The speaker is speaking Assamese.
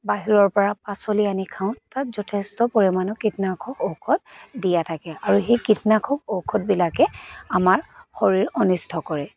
বাহিৰৰ পৰা পাচলি আনি খাওঁ তাত যথেষ্ট পৰিমাণৰ কীটনাশক ঔষধ দিয়া থাকে আৰু সেই কীটনাশক ঔষধবিলাকে আমাৰ শৰীৰ অনিষ্ট কৰে